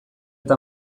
eta